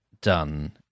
done